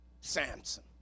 Samson